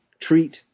treat